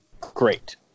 great